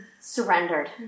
surrendered